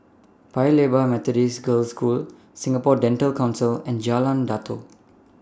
Paya Lebar Methodist Girls' School Singapore Dental Council and Jalan Datoh